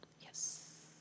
Yes